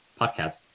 podcast